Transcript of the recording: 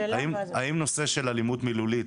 האם נושא של אלימות מילולית,